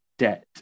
debt